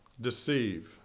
Deceive